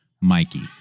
Mikey